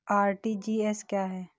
RTGS क्या है?